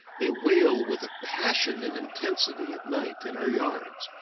they wail with a passionate intensity at night in our yards.